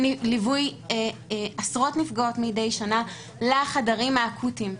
של ליווי עשרות נפגעות מדי שנה לחדרים האקוטיים,